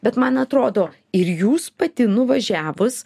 bet man atrodo ir jūs pati nuvažiavus